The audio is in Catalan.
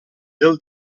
del